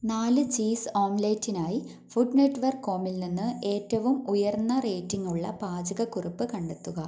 നാല് ചീസ് ഓംലെറ്റിനായി food network കോമിൽ നിന്ന് ഏറ്റവും ഉയർന്ന റേറ്റിംഗ് ഉള്ള പാചകക്കുറിപ്പ് കണ്ടെത്തുക